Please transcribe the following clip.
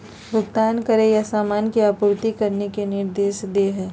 भुगतान करे या सामान की आपूर्ति करने के निर्देश दे हइ